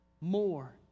more